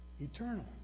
eternal